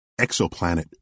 Exoplanet